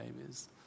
babies